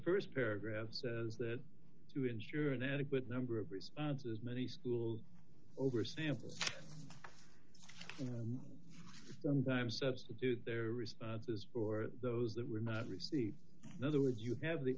the st paragraph says that to ensure an adequate number of responses many school oversample sometimes substitute their responses for those that were not received another would you have the